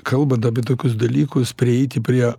kalbant apie tokius dalykus prieiti prie